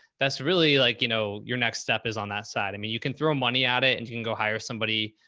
that's really like, you know, your next step is on that side. i mean, you can throw money at it and you can go hire somebody.